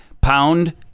Pound